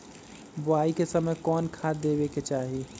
बोआई के समय कौन खाद देवे के चाही?